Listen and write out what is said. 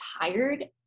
tired